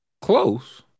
close